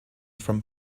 from